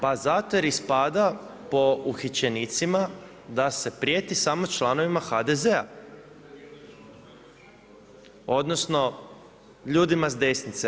Pa zato jer ispada po uhićenicima da se prijeti samo članovima HDZ-a, odnosno ljudima s desnice.